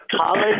College